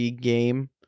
game